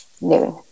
noon